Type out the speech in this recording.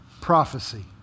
prophecy